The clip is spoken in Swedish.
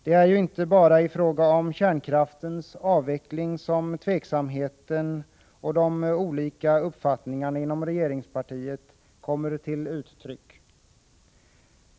Det är inte bara i fråga om kärnkraftens avveckling som tveksamheten och de olika uppfattningarna inom regeringspartiet kommer till uttryck.